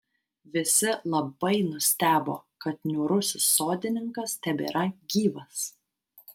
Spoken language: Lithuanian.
visi labai nustebo kad niūrusis sodininkas tebėra gyvas